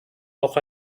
auch